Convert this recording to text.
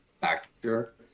factor